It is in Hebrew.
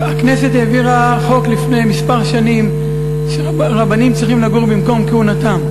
הכנסת העבירה לפני כמה שנים חוק שרבנים צריכים לגור במקום כהונתם.